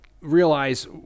realize